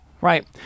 right